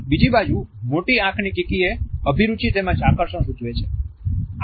બીજી બાજુ મોટી આંખની કિકિએ અભિરુચિ તેમજ આકર્ષણ સૂચવે છે